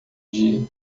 dia